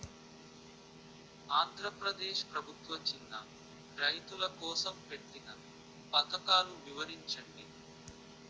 ఆంధ్రప్రదేశ్ ప్రభుత్వ చిన్నా రైతుల కోసం పెట్టిన పథకాలు వివరించండి?